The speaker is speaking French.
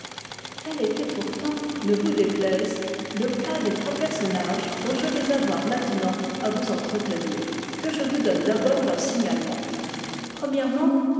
tel était pourtant ne vous déplaise le cas des trois per sonnages dont je vais avoir maintenant à vous entretenir que je vous donne d'abord leur signalement